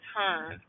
turn